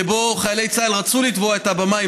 שבו חיילי צה"ל רצו לתבוע את הבמאי